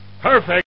Perfect